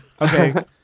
Okay